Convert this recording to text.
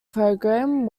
programme